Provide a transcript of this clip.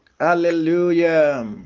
Hallelujah